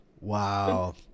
Wow